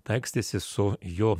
taikstėsi su jo